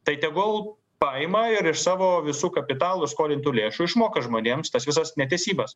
tai tegul paima ir iš savo visų kapitalų skolintų lėšų išmoka žmonėms tas visas neteisybes